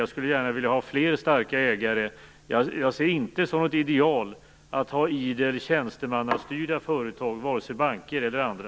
Jag skulle gärna vilja ha fler starka ägare, och jag ser det inte som ett ideal att ha idel tjänstemannastyrda företag, vare sig banker eller andra.